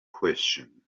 question